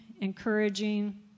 encouraging